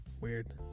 Weird